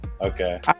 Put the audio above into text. Okay